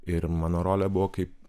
ir mano rolė buvo kaip